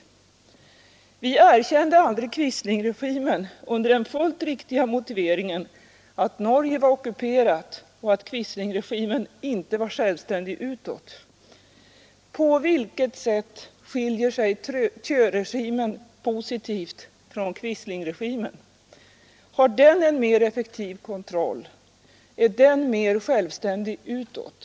Vi erkände aldrig Quislingregimen under den fullt riktiga motiverin diplomatiska förutåt. På vilket sätt skiljer sig Thieuregimen positivt från Quislingregimen? bindelser med Har den en mer effektiv kontroll? Är den mer självständig utåt?